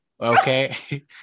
okay